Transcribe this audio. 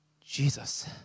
Jesus